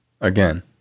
Again